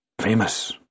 Famous